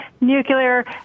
nuclear